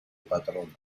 patrona